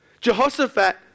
Jehoshaphat